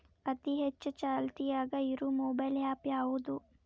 ಅತಿ ಹೆಚ್ಚ ಚಾಲ್ತಿಯಾಗ ಇರು ಮೊಬೈಲ್ ಆ್ಯಪ್ ಯಾವುದು?